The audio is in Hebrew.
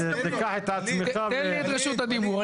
תיקח את עצמך ו --- תן לי את רשות הדיבור,